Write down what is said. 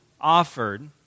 offered